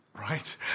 right